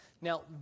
Now